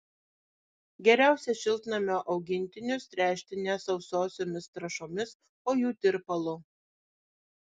geriausia šiltnamio augintinius tręšti ne sausosiomis trąšomis o jų tirpalu